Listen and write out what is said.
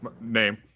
Name